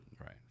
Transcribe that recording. Right